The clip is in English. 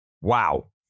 Wow